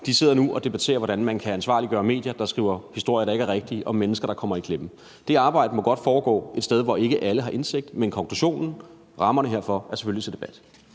De sidder nu og debatterer, hvordan man kan ansvarliggøre medier, der skriver historier, der ikke er rigtige, om mennesker, der kommer i klemme. Det arbejde må godt foregå et sted, hvor ikke alle har indsigt, men konklusionen og rammerne herfor er selvfølgelig til debat.